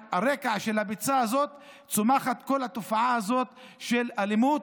על רקע הביצה הזאת צומחת כל התופעה הזאת של אלימות,